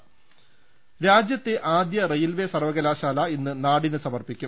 ന രാജ്യത്തെ ആദ്യ റെയിൽവേ സർവകലാശാല ഇന്ന് നാടിന് സമർപ്പിക്കും